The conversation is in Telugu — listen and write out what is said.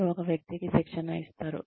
మీరు ఒక వ్యక్తికి శిక్షణ ఇస్తారు